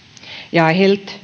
jag